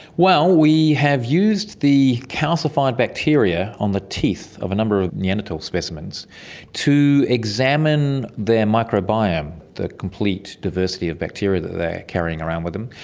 well, we have used the calcified bacteria on the teeth of a number of neanderthal specimens to examine their microbiome, the complete diversity of bacteria that they are carrying around with them,